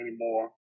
anymore